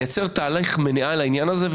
לייצר תהליך מניעה לעניין הזה,